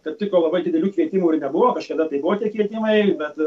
tarp kitko labai didelių kvietimų ir nebuvo kažkada tai buvo tie kvietimai bet